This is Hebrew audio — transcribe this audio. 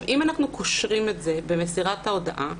אם אנחנו קושרים את זה במסירת ההודעה,